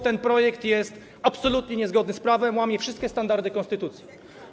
Ten projekt jest absolutnie niezgodny z prawem, łamie wszystkie standardy konstytucji.